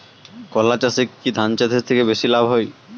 কলা চাষে কী ধান চাষের থেকে বেশী লাভ হয়?